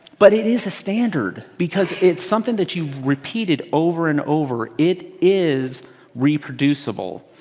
but it is a standard. because it's something that you've repeated over and over. it is reproducible.